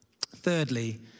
Thirdly